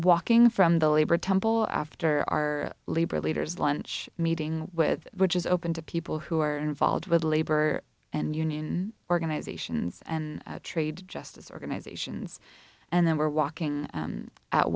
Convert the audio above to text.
walking from the labor temple after our labor leaders lunch meeting with which is open to people who are involved with labor and union organizations and trade justice organizations and then we're walking